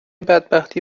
بدبختی